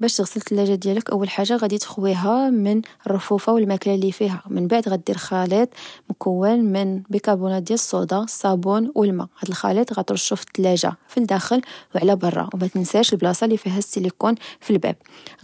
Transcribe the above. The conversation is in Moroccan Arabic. باش تغسل تلاجة ديالك، أول حاجة غدي تخويها من الرفوفا و الماكلة لفيها، من بعد غدير خليط مكون من بكربونات ديال الصودا، الصبون والما، هاد الخليط غترشو في التلاجة في لداخل وعلى برى، ومتنساش لبلاصة لفيها سليكون في الباب،